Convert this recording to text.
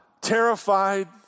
terrified